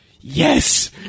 yes